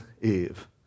Eve